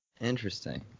Interesting